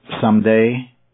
Someday